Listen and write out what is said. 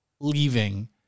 leaving